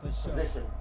position